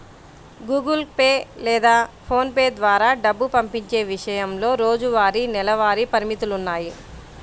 Google Pay లేదా PhonePe పే ద్వారా డబ్బు పంపించే విషయంలో రోజువారీ, నెలవారీ పరిమితులున్నాయి